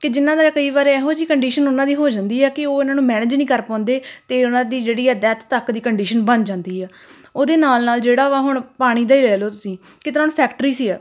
ਕਿ ਜਿਨ੍ਹਾਂ ਦਾ ਕਈ ਵਾਰ ਇਹੋ ਜਿਹੀ ਕੰਡੀਸ਼ਨ ਉਹਨਾਂ ਦੀ ਹੋ ਜਾਂਦੀ ਹੈ ਕਿ ਉਹ ਇਹਨਾਂ ਨੂੰ ਮੈਨੇਜ ਨਹੀਂ ਕਰ ਪਾਉਂਦੇ ਅਤੇ ਉਹਨਾਂ ਦੀ ਜਿਹੜੀ ਆ ਡੈਥ ਤੱਕ ਦੀ ਕੰਡੀਸ਼ਨ ਬਣ ਜਾਂਦੀ ਆ ਉਹਦੇ ਨਾਲ ਨਾਲ ਜਿਹੜਾ ਵਾ ਹੁਣ ਪਾਣੀ ਦਾ ਹੀ ਲੈ ਲਓ ਤੁਸੀਂ ਕਿਸ ਤਰ੍ਹਾਂ ਹੁਣ ਫੈਕਟਰੀਸ ਹੀ ਹੈ